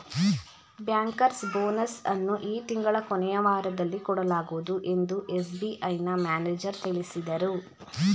bankers bonus ಅನ್ನು ಈ ತಿಂಗಳ ಕೊನೆಯ ವಾರದಲ್ಲಿ ಕೊಡಲಾಗುವುದು ಎಂದು ಎಸ್.ಬಿ.ಐನ ಮ್ಯಾನೇಜರ್ ತಿಳಿಸಿದರು